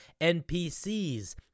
NPCs